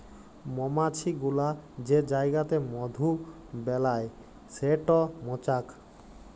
মমাছি গুলা যে জাইগাতে মধু বেলায় সেট মচাক